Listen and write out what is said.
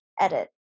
Edit